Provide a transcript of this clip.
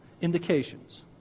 indications